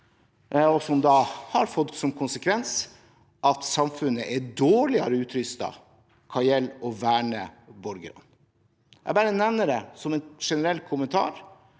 som har fått som konsekvens at samfunnet er dårligere utrustet hva gjelder å verne borgerne. Jeg bare nevner det som en generell kommentar,